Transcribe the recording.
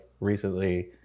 recently